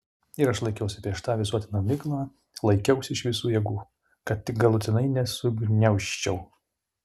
ir aš laikiausi prieš tą visuotiną miglą laikiausi iš visų jėgų kad tik galutinai nesugniaužčiau